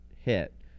hit